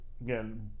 Again